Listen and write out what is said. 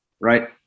right